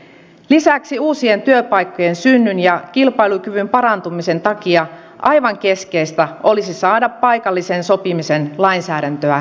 lisäksi uusien työpaikkojen synnyn ja kilpailukyvyn parantumisen takia aivan keskeistä olisi saada paikallisen sopimisen lainsäädäntöä eteenpäin